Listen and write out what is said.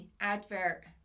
advert